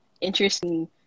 interesting